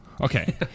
Okay